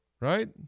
right